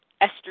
Esther